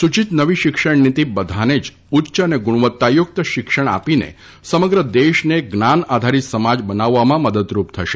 સૂચિત નવી શિક્ષણનીતી બધાને જ ઉચ્ય અને ગુણવત્તાયુક્ત શિક્ષણ આપીને સમગ્ર દેશને જ્ઞાન આધારિત સમાજ બનાવવામાં મદદરૂપ થશે